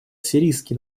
сирийский